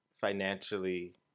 financially